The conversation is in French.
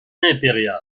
impériale